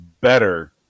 better